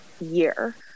year